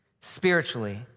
spiritually